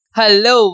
Hello